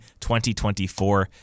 2024